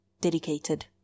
dedicated